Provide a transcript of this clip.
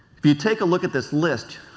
if you take a look at this list,